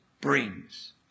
brings